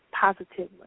positively